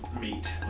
meat